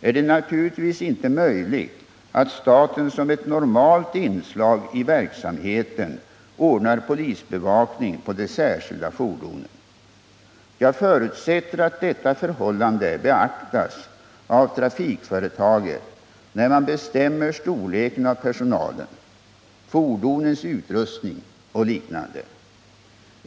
är det naturligtvis inte möjligt att staten som ett normalt inslag i verksamheten ordnar polisbevakning på de särskilda fordonen. Jag förutsätter att detta förhållande beaktas av trafikföretaget när man bestämmer storleken av personalen, fordonens utrustning och liknande.